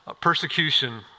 persecution